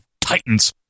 titans